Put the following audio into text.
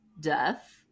death